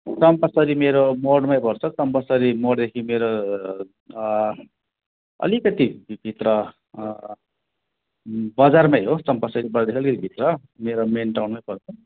चम्पासरी मेरो मोडमै पर्छ चम्पासरी मोडदेखि मेरो अलिकति भित्र बजारमै हो चम्पासरी बजारदेखि अलिक भित्र मेरो मेन टाउनमै पर्छ